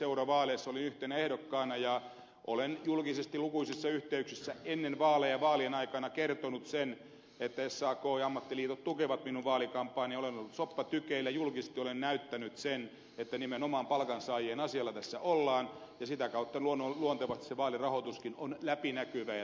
eurovaaleissa olin yhtenä ehdokkaana ja olen julkisesti lukuisissa yhteyksissä ennen vaaleja ja vaalien aikana kertonut sen että sak ja ammattiliitot tukevat minun vaalikampanjaani ja olen ollut soppatykeillä julkisesti olen näyttänyt sen että nimenomaan palkansaajien asialla tässä ollaan ja sitä kautta luontevasti se vaalirahoituskin on läpinäkyvää ja tiedetään